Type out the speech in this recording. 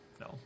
no